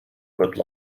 good